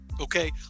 Okay